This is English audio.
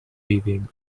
weaving